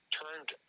turned